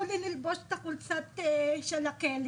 לי ללבוש את החולצה הכתומה של הכלא,